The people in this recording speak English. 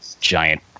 giant